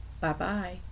Bye-bye